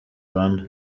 rwanda